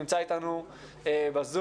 נמצא איתנו בזום.